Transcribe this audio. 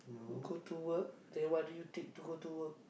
you go to work then what do you take to go to work